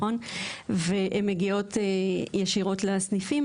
והן מגיעות ישירות לסניפים,